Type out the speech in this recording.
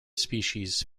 species